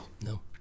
No